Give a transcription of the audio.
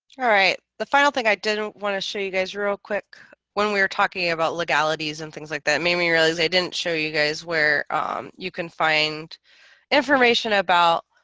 alright the final thing i didn't want to show you guys real quick when we were talking about legalities and things like that made me realize i didn't show you guys where you can find information about